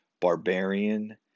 barbarian